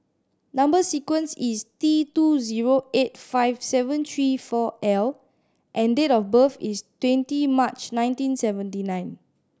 number sequence is T two zero eight five seven three four L and date of birth is twenty March nineteen seventy nine